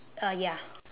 uh ya